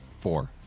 Four